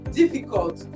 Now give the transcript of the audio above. difficult